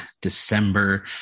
december